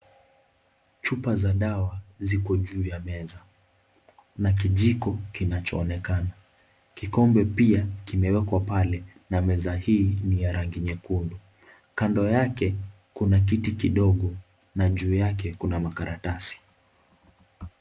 Chupa za dawa ziko juu ya meza. Kuna kijiko kinachoonekana. Kikombe pia kimewekwa pale na meza hii ni ya rangi nyekundu. Kando yake kuna kiti kidogo na juu yake kuna makaratasi.